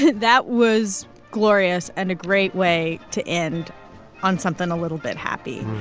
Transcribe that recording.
that was glorious and a great way to end on something a little bit happy.